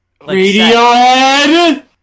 Radiohead